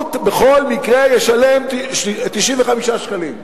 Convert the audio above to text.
הוא בכל מקרה ישלם 95 שקלים.